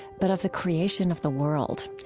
but of the creation of the world.